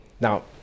now